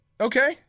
okay